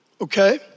okay